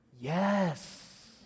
yes